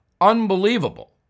Unbelievable